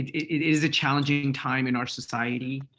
it is a challenging time in our society.